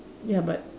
ya but